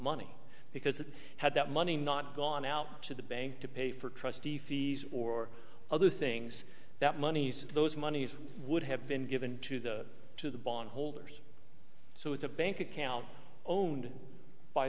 money because it had that money not gone out to the bank to pay for trustee fees or other things that monies those monies would have been given to the to the bondholders so it's a bank account owned by